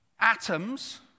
atoms